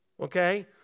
okay